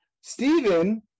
Stephen